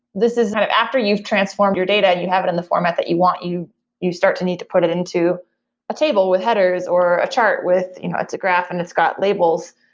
this is after you've transformed your data and you have it in the format that you want, you you start to need to put it into a table with headers, or a chart with you know it's a graph and it's got labels.